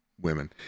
women